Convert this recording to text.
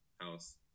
house